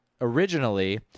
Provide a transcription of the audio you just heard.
originally